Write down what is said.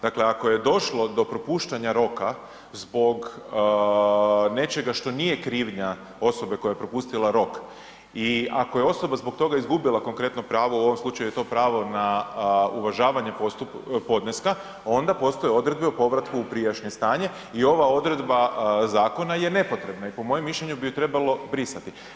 Dakle, ako je došlo do propuštanje roka, zbog nečega što nije krivnja osobe koja je propustila rok i ako je osoba zbog toga gubila konkretno pravo, u ovom slučaju je to pravo na uvažavanje podneska, onda postoje odredbe u povratku u prijašnje stanje i ova odredba zakona je nepotrebna i po mojem mišljenju bi ju trebalo brisati.